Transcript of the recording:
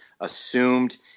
assumed